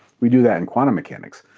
we do that in quantum mechanics,